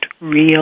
real